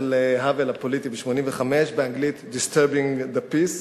האוול ב-1985 באנגלית,"Disturbing the Peace".